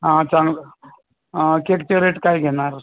हां चांगलं केकचे रेट काय घेणार